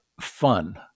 fun